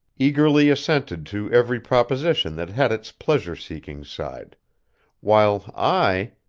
eagerly assented to every proposition that had its pleasure-seeking side while i,